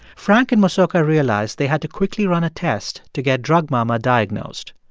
frank and mosoka realized they had to quickly run a test to get drug mama diagnosed,